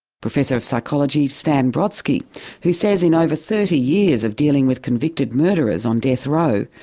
professor of psychology stan brodsky who says in over thirty years of dealing with convicted murderers on death row,